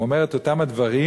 הוא אומר את אותם הדברים,